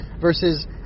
versus